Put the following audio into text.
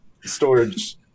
storage